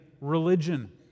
religion